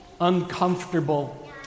uncomfortable